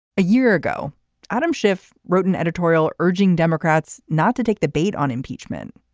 a year ago adam schiff wrote an editorial urging democrats not to take the bait on impeachment.